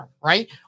right